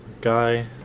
Guy